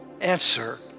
answer